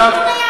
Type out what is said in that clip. את יודעת,